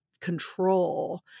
control